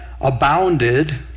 abounded